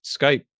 Skype